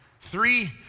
three